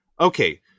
Okay